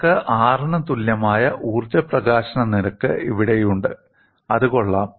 നിങ്ങൾക്ക് R ന് തുല്യമായ ഊർജ്ജ പ്രകാശന നിരക്ക് ഇവിടെയുണ്ട് അതുകൊള്ളാം